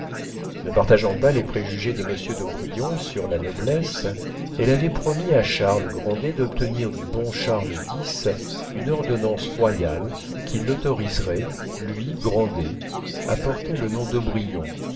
ne partageant pas les préjugés de monsieur d'aubrion sur la noblesse elle avait promis à charles grandet d'obtenir du bon charles x une ordonnance royale qui l'autoriserait lui grandet à porter le nom d'aubrion